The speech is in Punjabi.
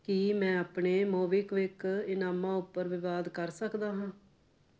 ਕੀ ਮੈਂ ਆਪਣੇ ਮੋਬੀਕਵਿਕ ਇਨਾਮਾਂ ਉੱਪਰ ਵਿਵਾਦ ਕਰ ਸਕਦਾ ਹਾਂ